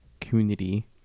community